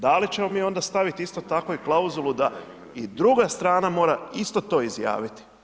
Da li ćemo mi onda staviti isto tako i klauzulu da i druga strana mora isto to izjaviti?